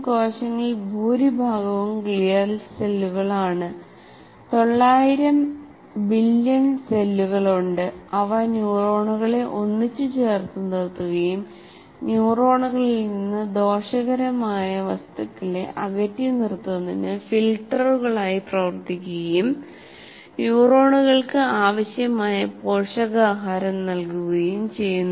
കോശങ്ങളിൽ ഭൂരിഭാഗവും ഗ്ലിയൽ സെല്ലുകളാണ് 900 ബില്ല്യൺ സെല്ലുകളുണ്ട് അവ ന്യൂറോണുകളെ ഒന്നിച്ച് ചേർത്ത് നിർത്തുകയും ന്യൂറോണുകളിൽ നിന്ന് ദോഷകരമായ വസ്തുക്കളെ അകറ്റി നിർത്തുന്നതിന് ഫിൽട്ടറുകളായി പ്രവർത്തിക്കുകയും ന്യൂറോണുകൾക്ക് ആവശ്യമായ പോഷകാഹാരം നൽകുകയും ചെയ്യുന്നു